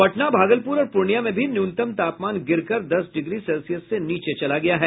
पटना भागलपुर और पूर्णिया में भी न्यूनतम तापमान गिरकर दस डिग्री सेल्सियस से नीचे चला गया है